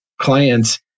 clients